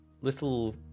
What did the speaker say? little